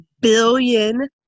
billion